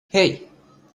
hey